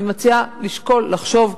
אני מציעה לשקול, לחשוב.